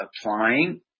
applying